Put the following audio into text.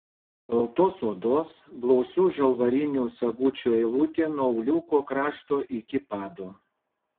baltos odos blausių žalvarinių sagučių eilutė nuo auliuko krašto iki pado